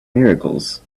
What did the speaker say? miracles